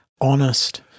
honest